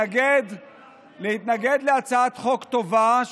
להתנגד להצעת חוק טובה,